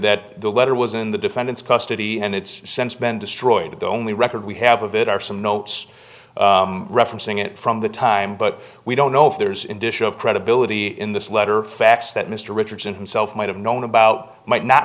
that the letter was in the defendant's custody and it's since been destroyed the only record we have of it are some notes referencing it from the time but we don't know if there's indicia of credibility in this letter fax that mr richardson himself might have known about might not